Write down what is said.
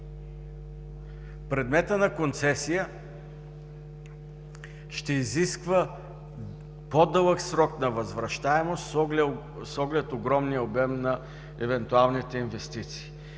предметът на концесия ще изисква по-дълъг срок на възвръщаемост с оглед огромния обем на евентуалните инвестиции.